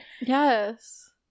Yes